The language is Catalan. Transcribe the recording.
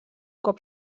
cop